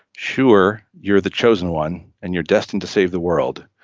sure you're the chosen one and you're destined to save the world,